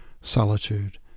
Solitude